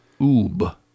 Oob